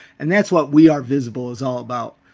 and that's what we are visible is all about.